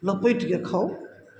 लपेटके खाउ